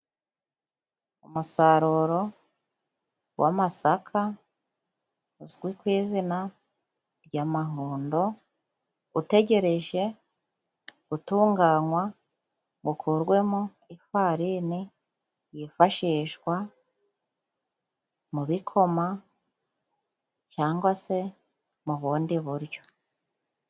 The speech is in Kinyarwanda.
Umusaruro w'amasaka uzwi ku izina ry amahundo utegereje gutunganywa ukurwemo ifarini yifashishwa mu bikoma cyangwa se mu bundi buryo.